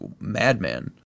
madman